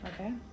okay